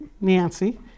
Nancy